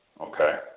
Okay